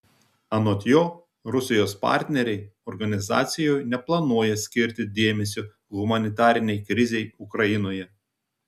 anot jo rusijos partneriai organizacijoje neplanuoja skirti dėmesio humanitarinei krizei ukrainoje